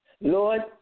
Lord